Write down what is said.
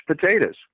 potatoes